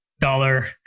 dollar